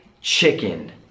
chicken